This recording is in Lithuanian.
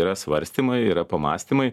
yra svarstymai yra pamąstymai